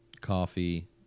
coffee